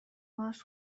باز